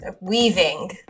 Weaving